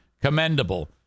Commendable